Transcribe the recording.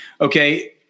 Okay